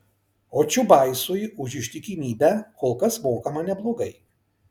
o čiubaisui už ištikimybę kol kas mokama neblogai